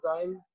time